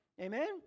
amen